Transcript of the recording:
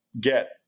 get